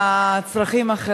הטבות מס,